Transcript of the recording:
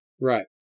Right